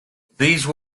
these